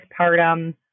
postpartum